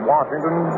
Washington